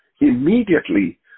Immediately